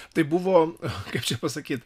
tai buvo kaip čia pasakyt